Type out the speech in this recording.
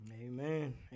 amen